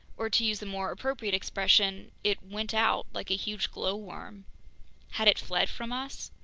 or to use a more appropriate expression, it went out, like a huge glowworm. had it fled from us?